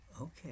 Okay